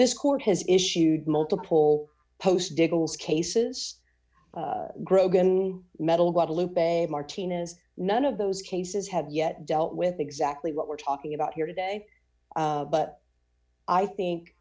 this court has issued multiple post diggles cases grogan metal guadalupe martina's none of those cases have yet dealt with exactly what we're talking about here today but i think